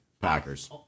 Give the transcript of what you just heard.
Packers